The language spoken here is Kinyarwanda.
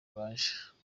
baje